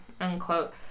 Unquote